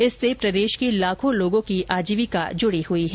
इससे प्रदेश के लाखों लोगों की आजीविका जुड़ी हुई है